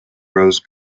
rose